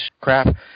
crap